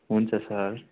हुन्छ सर